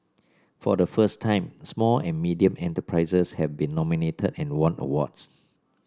for the first time small and medium enterprises have been nominated and won awards